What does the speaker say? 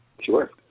Sure